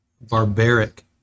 barbaric